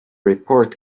report